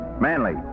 Manley